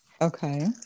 Okay